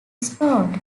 stoned